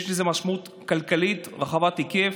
יש לו משמעות כלכלית רחבת היקף.